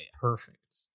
Perfect